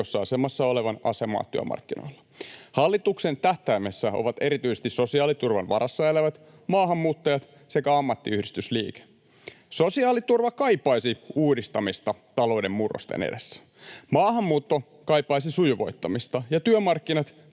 heikossa asemassa olevan asemaa työmarkkinoilla. Hallituksen tähtäimessä ovat erityisesti sosiaaliturvan varassa elävät, maahanmuuttajat sekä ammattiyhdistysliike. Sosiaaliturva kaipaisi uudistamista talouden murrosten edessä, maahanmuutto kaipaisi sujuvoittamista ja työmarkkinat